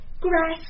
Grass